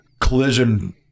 collision